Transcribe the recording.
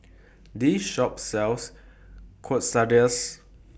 This Shop sells Quesadillas